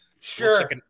Sure